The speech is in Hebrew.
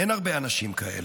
אין הרבה אנשים כאלה.